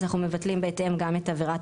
אז אנחנו מבטלים בהתאם גם את עבירת